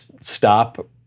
stop